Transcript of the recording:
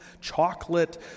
chocolate